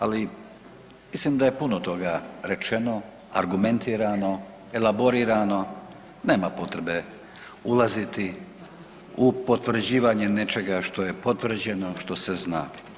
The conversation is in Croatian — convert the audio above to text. Ali mislim da je puno toga rečeno, argumentirano, elaborirano, nema potrebe ulaziti u potvrđivanje nečega što je potvrđeno što se zna.